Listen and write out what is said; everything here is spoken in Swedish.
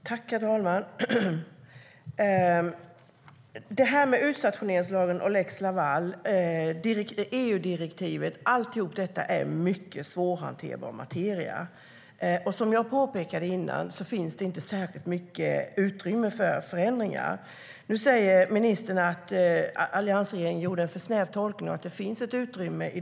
Herr talman! Allt detta med utstationeringslagen, lex Laval och EU-direktivet är mycket svårhanterlig materia. Som jag påpekade tidigare finns det inte särskilt mycket utrymme för förändringar. Nu säger ministern att alliansregeringen gjorde en för snäv tolkning och att det i dag finns utrymme.